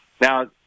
Now